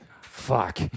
Fuck